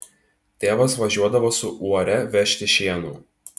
tėvas važiuodavo su uore vežti šieno